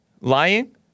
Lying